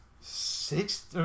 six